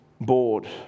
board